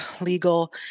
legal